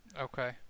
Okay